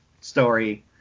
story